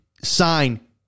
sign